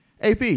AP